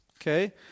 okay